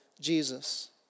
Jesus